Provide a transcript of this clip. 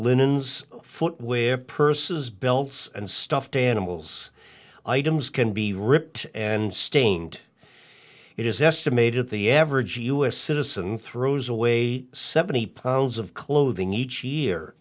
linens footwear purses belts and stuffed animals items can be ripped and stained it is estimated the average u s citizen throws away seventy pounds of clothing each year